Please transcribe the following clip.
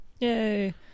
Yay